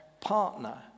partner